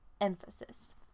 emphasis